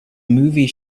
movie